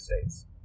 States